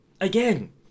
again